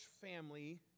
family